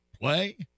play